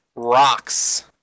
rocks